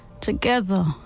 together